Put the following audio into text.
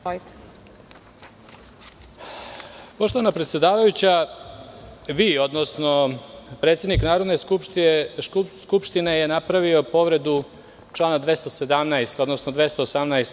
Poštovana predsedavajuća, vi, odnosno predsednik Narodne Skupštine je napravio povredu člana 217, odnosno 218.